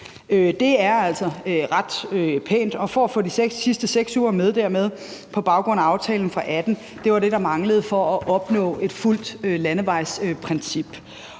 Det er altså ret pænt, og at få de sidste 6 uger med på baggrund af aftalen fra 2018 var det, der manglede for at opnå et fuldt landevejsprincip.